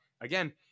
again